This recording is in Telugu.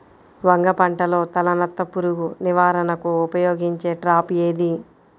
వంగ పంటలో తలనత్త పురుగు నివారణకు ఉపయోగించే ట్రాప్ ఏది?